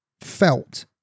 felt